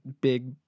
big